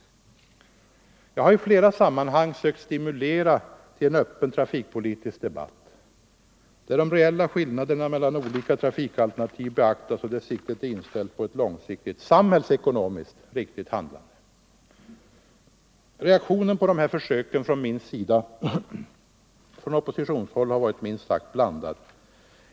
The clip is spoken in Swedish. nedläggningen Jag har i flera sammanhang sökt stimulera till en öppen trafikpolitisk — av olönsam debatt, där de reella skillnaderna mellan olika trafikalternativ beaktas = järnvägstrafik, och där siktet är inställt på ett långsiktigt, samhällsekonomiskt riktigt — m.m. handlande. Reaktionen från oppositionshåll på dessa försök från min sida har varit minst sagt blandad.